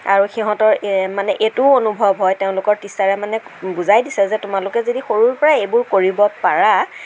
আৰু সিহঁতৰ মানে এইটোও অনুভৱ হয় তেওঁলোকৰ টীচাৰে মানে বুজাই দিছে যে তোমালোকে যদি সৰুৰ পৰাই এইবোৰ কৰিব পাৰা